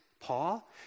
Paul